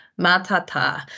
matata